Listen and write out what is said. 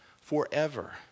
forever